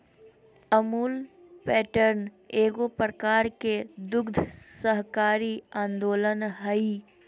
Amul pattern एगो प्रकार के दुग्ध सहकारी आन्दोलन हइ